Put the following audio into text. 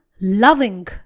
loving